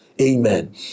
Amen